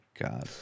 god